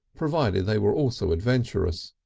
provided they were also adventurous.